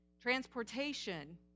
transportation